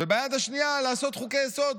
וביד השנייה לעשות חוקי-יסוד